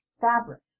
fabric